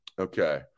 Okay